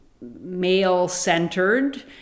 male-centered